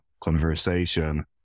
conversation